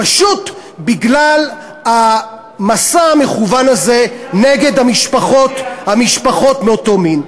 פשוט בגלל המסע המכוון הזה נגד המשפחות מאותו המין.